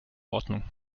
ordnung